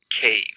Cave